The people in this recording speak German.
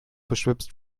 beschwipst